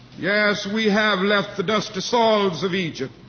yes, we have left the dusty soils of egypt,